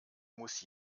muss